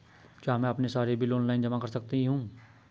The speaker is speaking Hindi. क्या मैं अपने सारे बिल ऑनलाइन जमा कर सकती हूँ?